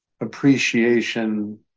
appreciation